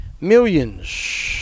millions